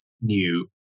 new